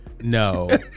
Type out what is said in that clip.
No